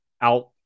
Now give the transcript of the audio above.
out